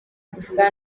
gusa